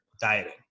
dieting